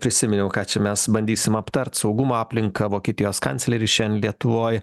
prisiminiau ką čia mes bandysim aptart saugumo aplinką vokietijos kancleris šiandien lietuvoj